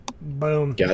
Boom